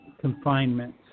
confinement